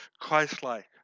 Christ-like